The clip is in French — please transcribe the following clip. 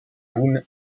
boom